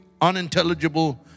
unintelligible